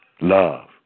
love